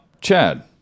Chad